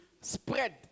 spread